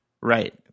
right